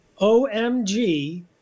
OMG